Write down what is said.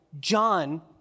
John